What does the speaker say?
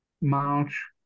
March